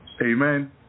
Amen